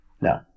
no